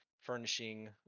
furnishing